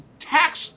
tax